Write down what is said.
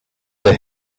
der